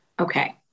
Okay